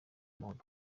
amahoro